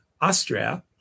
Austria